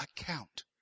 account